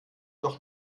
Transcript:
doch